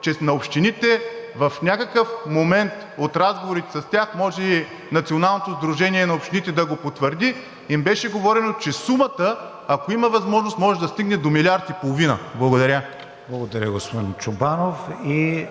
че на общините – в някакъв момент от разговорите с тях, може и Националното сдружение на общините да го потвърди – им беше говорено, че сумата, ако има възможност, може да стигне до милиард и половина. Благодаря. ПРЕДСЕДАТЕЛ КРИСТИАН ВИГЕНИН: Благодаря, господин Чобанов. И